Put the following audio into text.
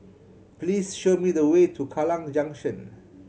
please show me the way to Kallang Junction